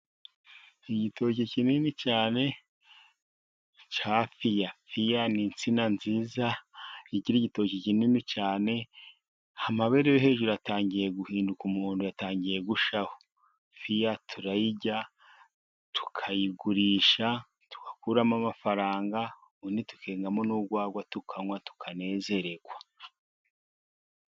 Igitoki kinini cyane cya fiya. Fiya ni insina nziza, igira igitoki kinini cyane. Amabere yo hejuru yatangiye guhinduka umuhondo, yatangiye gushyaho. Fiya turayirya, tukayigurisha, tugakuramo amafaranga, ubundi tukengamo n'urwagwa tukanywa tukanezererwa.